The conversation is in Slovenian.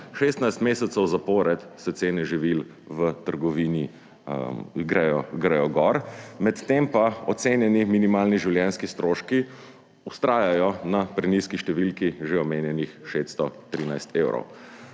16 mesecev zapored cene živil v trgovini grejo gor, medtem pa ocenjeni minimalni življenjski stroški vztrajajo na prenizki številki že omenjenih 613 evrov.